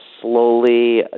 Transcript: slowly